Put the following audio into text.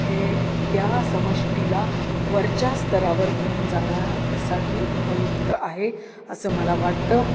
हे त्या समष्टीला वरच्या स्तरावर घेऊन जाण्यासाठी उपयुक्त आहे असं मला वाटतं